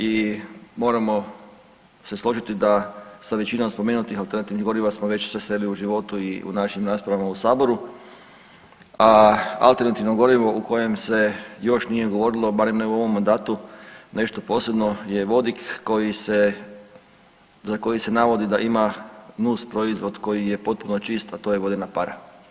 I moramo se složiti da sa većinom spomenutih alternativnih goriva smo već se sreli u životu i u našim rasprava u saboru, a alternativno gorivo o kojem se još nije govorilo, barem ne u ovom mandatu nešto posebno je vodik koji se, za koji se navodi da ima nusproizvod koji je potpuno čist, a to je vodena para.